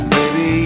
Baby